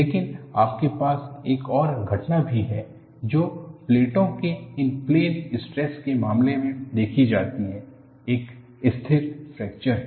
लेकिन आपके पास एक और घटना भी है जो प्लेटों के इन प्लेन स्ट्रेस के मामले में देखी जाती है एक स्थिर फ्रैक्चर है